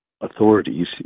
authorities